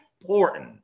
important